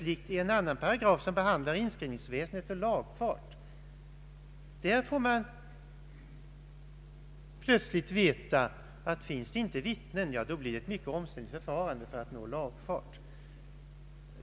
I en annan paragraf som behandlar inskrivningsväsendet får man helt plötsligt veta att om det inte finns vittnen så blir det fråga om ett mycket omständligt förfarande för att få lagfart på fastigheten.